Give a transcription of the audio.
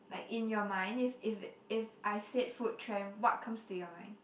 like in your mind if if if I said food trend what comes to your mind